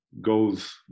goes